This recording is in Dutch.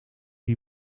die